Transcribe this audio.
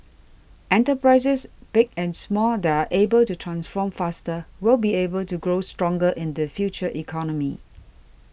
enterprises big and small that are able to transform faster will be able to grow stronger in the future economy